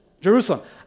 Jerusalem